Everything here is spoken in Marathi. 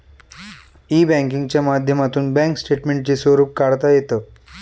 ई बँकिंगच्या माध्यमातून बँक स्टेटमेंटचे स्वरूप काढता येतं